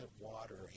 water